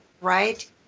right